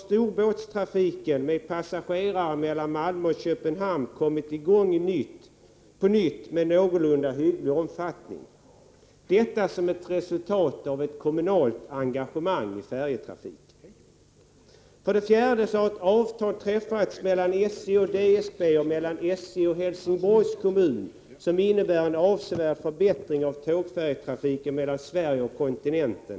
Storbåtstrafiken, med passagerare, mellan Malmö och Köpenhamn har på nytt kommit i gång, i någorlunda hygglig omfattning. Det är resultatet av ett kommunalt engagemang i färjetrafiken. 4. Avtal har träffats dels mellan SJ och DSB, dels mellan SJ och Helsingborgs kommun som innebär en avsevärd förbättring av tågfärjetrafiken mellan Sverige och kontinenten.